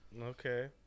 Okay